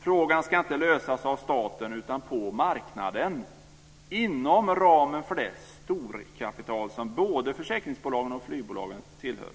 Frågan ska inte lösas av staten, utan på marknaden; inom ramen för det storkapital som både försäkringsbolagen och flygbolagen tillhör.